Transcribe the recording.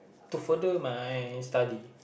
to further my study